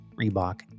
Reebok